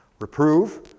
Reprove